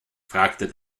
fragte